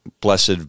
Blessed